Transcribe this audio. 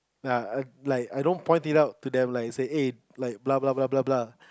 ya err like I don't point it out to them like say eh blah blah blah blah blah